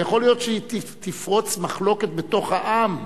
אבל יכול להיות שתפרוץ מחלוקת בתוך העם.